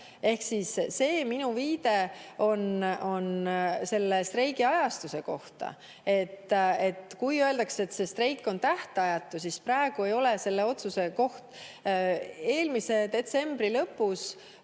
Ehk minu viide käis selle streigi ajastuse kohta. Kui öeldakse, et see streik on tähtajatu, siis praegu ei ole selle otsuse koht. Eelmise aasta detsembri lõpus